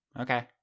Okay